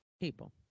People